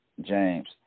James